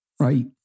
right